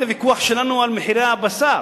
את הוויכוח שלנו על מחירי הבשר?